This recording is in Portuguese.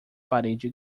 parede